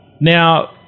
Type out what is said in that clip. Now